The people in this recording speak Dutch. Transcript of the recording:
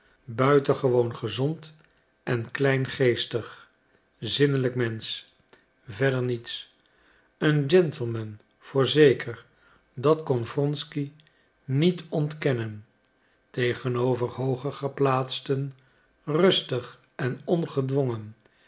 buitengewoon gezond en kleingeestig zinnelijk mensch verder niets een gentleman voorzeker dat kon wronsky niet ontkennen tegenover hooger geplaatsten rustig en ongedwongen